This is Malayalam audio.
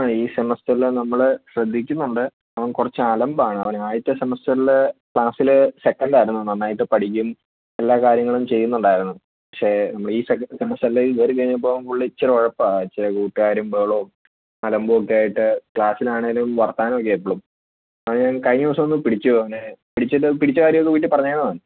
ആ ഈ സെമെസ്റ്ററിൽ നമ്മൾ ശ്രദ്ധിക്കുന്നുണ്ട് അവൻ കുറച്ച് അലമ്പാണ് അവൻ ആദ്യത്തെ സെമെസ്റ്ററിൽ ക്ലാസ്സിൽ സെക്കൻഡ് ആയിരുന്നു നന്നായിട്ട് പഠിക്കും എല്ലാ കാര്യങ്ങളും ചെയ്യുന്നുണ്ടായിരുന്നു പക്ഷേ നമ്മളെ ഈ സെക്കൻഡ് സെമസ്റ്ററിലേക്ക് കയറി കഴിഞ്ഞപ്പോൾ പുള്ളി ഇത്തിരി ഉഴപ്പാണ് ചില കൂട്ടുകാരും ബഹളവും അലമ്പും ഒക്കെയായിട്ട് ക്ലാസിൽ ആണെങ്കിലും വർത്തമാനം ഒക്കെയാണ് എപ്പോളും അത് ഞാൻ കഴിഞ്ഞ ദിവസം ഒന്ന് പിടിച്ചു അവനെ പിടിച്ചിട്ട് പിടിച്ച കാര്യമൊക്കെ വീട്ടിൽ പറഞ്ഞിരുന്നോ അവൻ